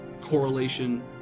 correlation